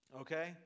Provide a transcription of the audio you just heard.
Okay